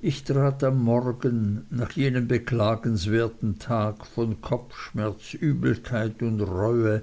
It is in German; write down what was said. ich trat am morgen nach jenem beklagenswerten tag von kopfschmerz übelkeit und reue und